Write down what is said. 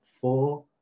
four